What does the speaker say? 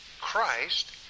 Christ